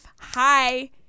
Hi